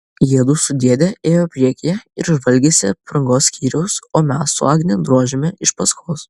jiedu su dėde ėjo priekyje ir žvalgėsi aprangos skyriaus o mes su agne drožėme iš paskos